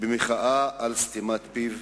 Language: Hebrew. במחאה על סתימת פיו.